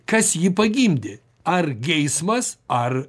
kas jį pagimdė ar geismas ar